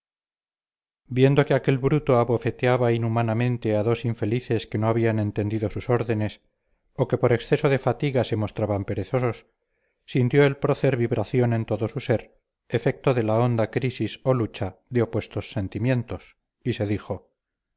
viendo que aquel bruto abofeteaba inhumanamente a dos infelices que no habían entendido sus órdenes o que por exceso de fatiga se mostraban perezosos sintió el prócer vibración en todo su ser efecto de la honda crisis o lucha de opuestos sentimientos y se dijo